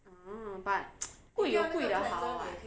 ah but 贵有贵的好 [what]